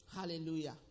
Hallelujah